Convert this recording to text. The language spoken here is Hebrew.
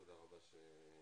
תודה רבה שהצטרפת.